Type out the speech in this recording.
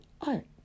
art